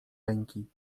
ręki